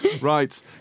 Right